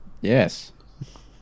Yes